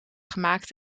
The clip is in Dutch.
gemaakt